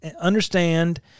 understand